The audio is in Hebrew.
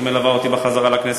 שמלווה אותי בחזרה לכנסת,